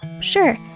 Sure